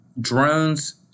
drones –